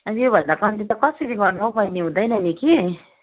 अन्त योभन्दा कम्ती त कसरी गर्नु हौ बहिनी हुँदैन नि कि